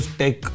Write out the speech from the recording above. tech